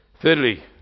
thirdly